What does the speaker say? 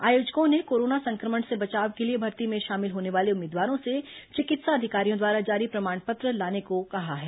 आयोजकों ने कोरोना संक्रमण से बचाव के लिए भर्ती में शामिल होने वाले उम्मीदवारों से चिकित्सा अधिकारियों द्वारा जारी प्रमाण पत्र लाने के लिए कहा है